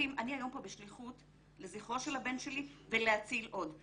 אני היום פה בשליחות לזכרו של הבן שלי ולהציל עוד.